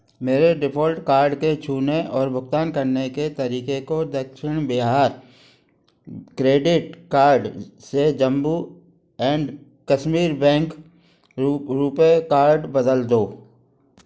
मेरे default card के छूने और भुगतान करने के तरीके को Dakshin Bihar Gramin bank credit card से Jammu and Kashmir bank RuPay card बदल दो